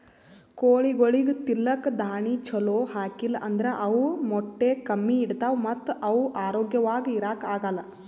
ಕೋಳಿಗೊಳಿಗ್ ತಿಲ್ಲಕ್ ದಾಣಿ ಛಲೋ ಹಾಕಿಲ್ ಅಂದ್ರ ಅವ್ ಮೊಟ್ಟೆ ಕಮ್ಮಿ ಇಡ್ತಾವ ಮತ್ತ್ ಅವ್ ಆರೋಗ್ಯವಾಗ್ ಇರಾಕ್ ಆಗಲ್